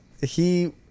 he-